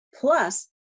plus